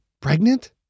pregnant